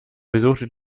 besucht